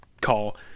call